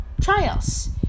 trials